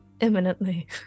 imminently